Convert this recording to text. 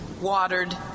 watered